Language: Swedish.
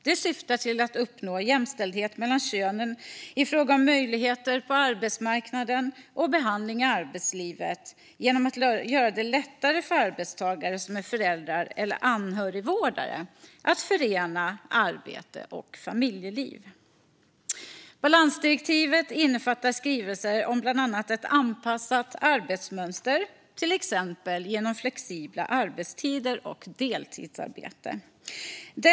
Det syftar till att uppnå jämställdhet mellan könen i fråga om möjligheter på arbetsmarknaden och behandling i arbetslivet genom att göra det lättare för arbetstagare som är föräldrar eller anhörigvårdare att förena arbete och familjeliv. Balansdirektivet innefattar skrivelser om bland annat ett anpassat arbetsmönster, till exempel genom flexibla arbetstider och deltidsarbete.